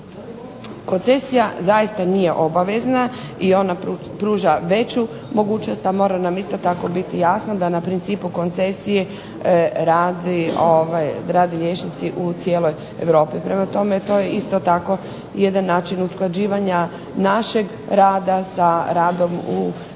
Koncesija zaista nije obavezna i ona pruža veću mogućnost. A mora nam isto tako biti jasno da na principu koncesije rade liječnici u cijeloj Europi. Prema tome, to je isto tako jedan način usklađivanja našeg rada sa radom liječnika